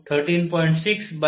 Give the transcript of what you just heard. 6 9 13